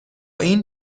این